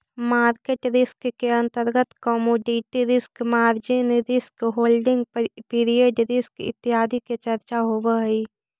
market risk के अंतर्गत commodity risk, margin risk, holding period risk इत्यादि के चर्चा होवऽ हई